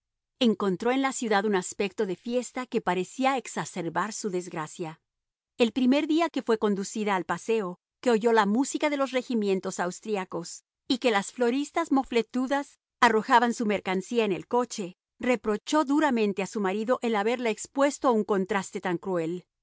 encontró en la ciudad un aspecto de fiesta que parecía exacerbar su desgracia el primer día que fue conducida al paseo que oyó la música de los regimientos austriacos y que las floristas mofletudas arrojaron su mercancía en el coche reprochó duramente a su marido el haberla expuesto a un contraste tan cruel